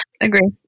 Agree